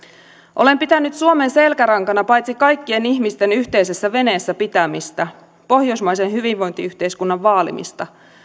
olen pitänyt suomen selkärankana paitsi kaikkien ihmisten yhteisessä veneessä pitämistä pohjoismaisen hyvinvointiyhteiskunnan vaalimista